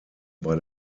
bei